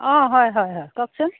অঁ হয় হয় হয় কওকচোন